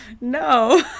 No